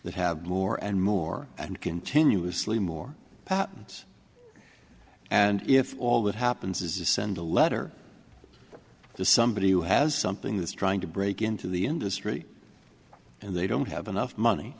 that have more and more and continuously more patents and if all that happens is to send a letter to somebody who has something that's trying to break into the industry and they don't have enough money